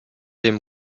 dem